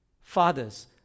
fathers